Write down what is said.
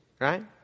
right